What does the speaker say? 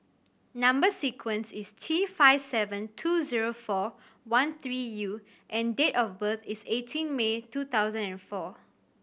number sequence is T five seven two zero four one three U and date of birth is eighteen May two thousand and four